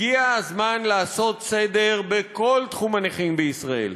הגיע הזמן לעשות סדר בכל תחום הנכים בישראל: